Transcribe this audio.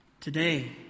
Today